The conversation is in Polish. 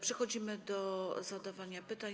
Przechodzimy do zadawania pytań.